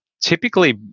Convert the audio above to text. typically